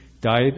died